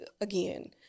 again